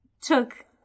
took